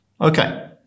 Okay